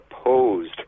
opposed